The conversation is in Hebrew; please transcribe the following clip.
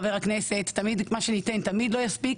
חבר הכנסת, מה שניתן תמיד לא יספיק,